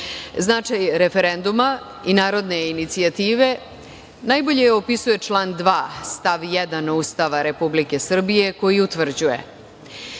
referenduma i narodne inicijative najbolje opisuje član 2. stav 1. Ustava Republike Srbije koji utvrđuje